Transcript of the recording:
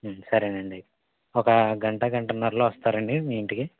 సరేనండి ఒక గంట గంటన్నరలో వస్తారండి మీ ఇంటికి